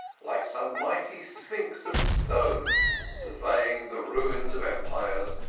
like some mighty sphinx of stone surveying the ruins of empires,